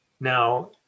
Now